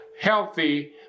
healthy